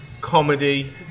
comedy